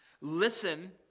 Listen